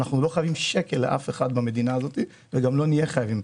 אנחנו לא חייבים שקל לאף אחד במדינה הזאת וגם לא נהיה חייבים.